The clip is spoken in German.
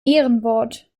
ehrenwort